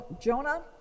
Jonah